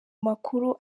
amakuru